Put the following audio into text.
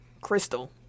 crystal